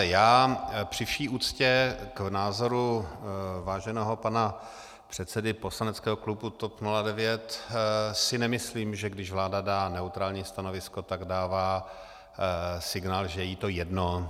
Já při vší úctě k názoru váženého pana předsedy poslaneckého klubu TOP 09 si nemyslím, že když vláda dá neutrální stanovisko, tak dává signál, že je jí to jedno.